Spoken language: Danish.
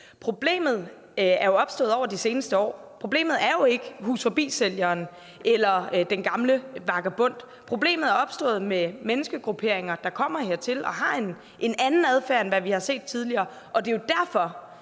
Problemet er jo opstået over de seneste år. Problemet er jo ikke Hus Forbi-sælgeren eller den gamle vagabond. Problemet er opstået med menneskegrupperinger, der kommer hertil og har en anden adfærd, end hvad vi har set tidligere. Det er jo derfor,